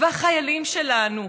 החיילים שלנו,